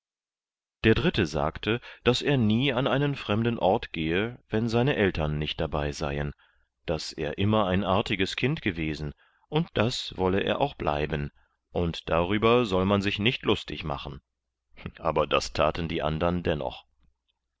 der dritte sagte daß er nie an einen fremden ort gehe wenn seine eltern nicht dabei seien daß er immer ein artiges kind gewesen und das wolle er auch bleiben und darüber soll man sich nicht lustig machen aber das thaten die andern dennoch